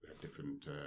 different